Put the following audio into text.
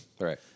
Right